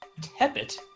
Tepit